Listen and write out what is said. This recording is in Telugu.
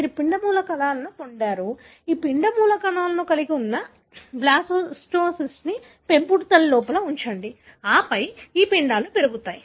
మీరు పిండ మూలకణాలను పొందారు ఈ పిండ మూలకణాలను కలిగి ఉన్న బ్లాస్టోసిస్ట్ను పెంపుడు తల్లి లోపల ఉంచండి ఆపై ఈ పిండాలు పెరుగుతాయి